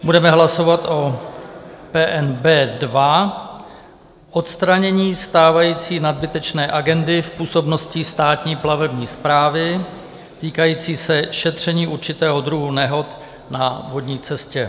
Budeme hlasovat o PN B2, odstranění stávající nadbytečné agendy v působnosti Státní plavební správy týkající se šetření určitého druhu nehod na vodní cestě.